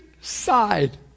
side